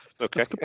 okay